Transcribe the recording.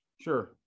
sure